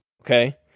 okay